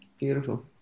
beautiful